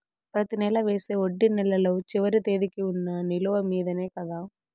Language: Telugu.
ప్రతి నెల వేసే వడ్డీ నెలలో చివరి తేదీకి వున్న నిలువ మీదనే కదా?